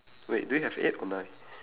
wait do you have eight or nine